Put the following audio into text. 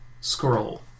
scroll